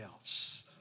else